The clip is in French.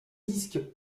disque